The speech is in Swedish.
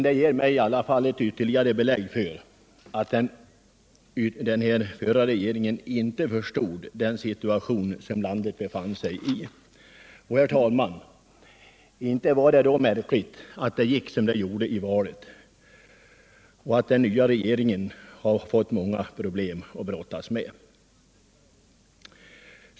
Det ger mig ytterligare belägg för att den förra regeringen inte förstod den situation som landet befann sig i. Inte var det då märkligt att det gick som det gjorde i valet och att den nya regeringen fått många problem att brottas med!